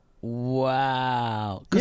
Wow